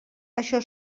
això